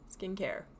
skincare